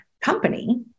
company